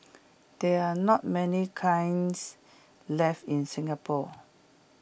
there are not many kilns left in Singapore